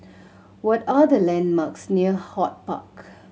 what are the landmarks near HortPark